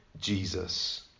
Jesus